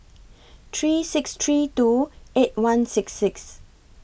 three six three two eight one six six